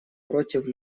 против